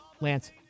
Lance